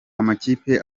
amakipe